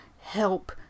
help